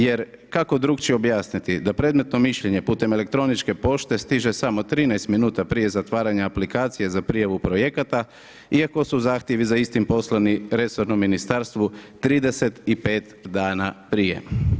Jer kako drukčije objasniti da predmetno mišljenje putem elektroničke pošte stiže samo 13 minuta prije zatvaranja aplikacije za prijavu projekata iako su zahtjevi za istim poslani resornom ministarstvu 35 dana prije.